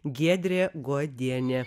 giedrė godienė